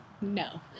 No